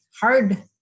hard